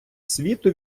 світу